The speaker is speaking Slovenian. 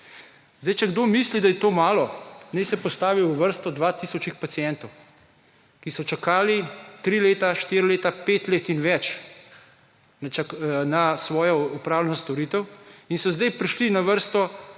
Zdaj, če kdo misli, da je to malo, naj se postavi v vrsto 2 tisočih pacientov, ki so čakali tri leta, štiri leta, pet let in več na svojo opravljeno storitev in so zdaj prišli na vrsto